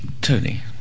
Tony